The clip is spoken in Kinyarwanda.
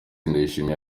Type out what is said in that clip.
ndayishimiye